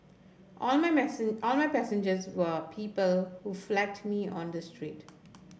all my all my passengers were people who flagged me on the street